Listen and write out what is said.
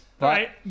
right